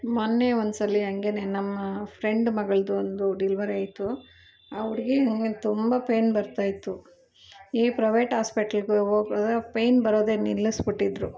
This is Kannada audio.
ಮೊನ್ನೆ ಒಂದುಸಲಿ ಹಂಗೆ ನಮ್ಮ ಫ್ರೆಂಡ್ ಮಗಳ್ದು ಒಂದು ಡೆಲ್ವರಿ ಆಯಿತು ಆ ಹುಡುಗಿಗೆ ತುಂಬ ಪೈನ್ ಬರ್ತಾ ಇತ್ತು ಈ ಪ್ರೈವೇಟ್ ಹಾಸ್ಪಿಟ್ಲಿಗೆ ಹೋಗೋಕೆ ಪೈನ್ ಬರೋದೆ ನಿಲ್ಲಿಸಿಬಿಟ್ಟಿದ್ರು